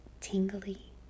tingly